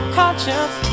conscience